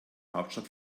hauptstadt